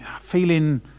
feeling